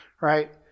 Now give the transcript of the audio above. right